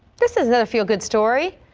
this is the the feel-good story.